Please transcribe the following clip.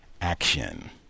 action